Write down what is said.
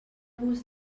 vos